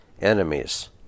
enemies